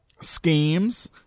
schemes